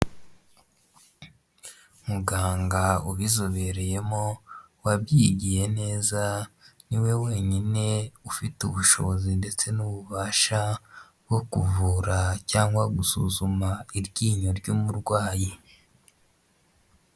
Umuganga ubizobereyemo wabyigiye neza niwe wenyine ufite ubushobozi ndetse n'ububasha bwo kuvura cyangwa gusuzuma iryinyo ry'umurwayi.